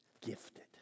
gifted